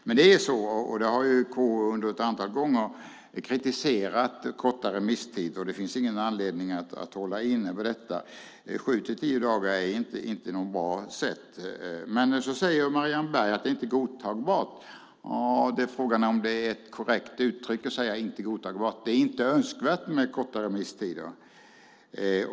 Men KU har ett antal gånger kritiserat korta remisstider, och det finns ingen anledning att hålla inne med detta. Sju till tio dagar är inte bra. Marianne Berg säger att det inte är godtagbart. Frågan är om det är ett korrekt uttryck att det inte är godtagbart. Det är inte önskvärt med korta remisstider.